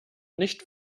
nicht